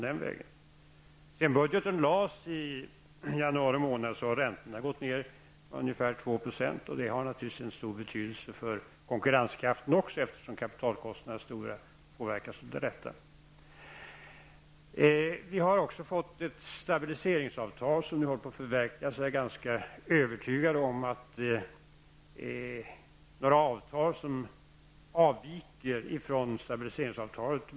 Sedan budgetpropositionen lades fram i januari har räntorna gått ned med ungefär 2 %, och det har naturligtvis en stor betydelse för konkurrenskraften, eftersom det påverkar kapitalkostnaderna. Vi har också fått ett stabiliseringsavtal som nu håller på att förverkligas. Jag är ganska övertygad om att det inte blir fråga om några avtal som avviker från stabiliseringsavtalet.